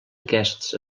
aquests